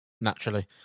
Naturally